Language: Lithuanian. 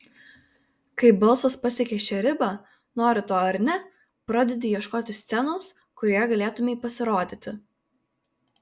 kai balsas pasiekia šią ribą nori to ar ne pradedi ieškoti scenos kurioje galėtumei pasirodyti